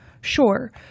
Sure